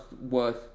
worth